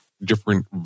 different